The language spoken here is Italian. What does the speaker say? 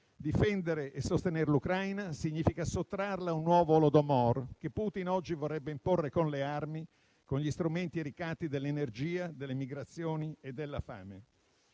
Difendere e sostenere l'Ucraina significa sottrarla a un nuovo Holodomor che Putin oggi vorrebbe imporre con le armi, con gli strumenti e i ricatti dell'energia, delle migrazioni e della fame.